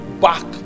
back